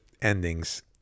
endings